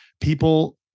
People